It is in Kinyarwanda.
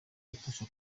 ifasha